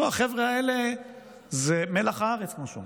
פה החבר'ה האלה הם מלח הארץ, כמו שאומרים.